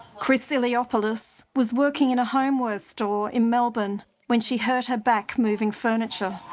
chris iliopoulos was working in a homewares store in melbourne when she hurt her back moving furniture.